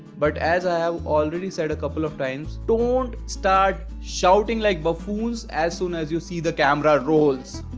but as i already said a couple of times. don't start shouting like buffoons as soon as you see the camera rolls.